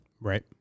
Right